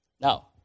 Now